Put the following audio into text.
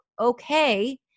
okay